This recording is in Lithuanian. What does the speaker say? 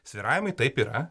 svyravimai taip yra